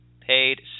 paid